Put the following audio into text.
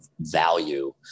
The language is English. value